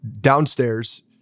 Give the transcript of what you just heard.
downstairs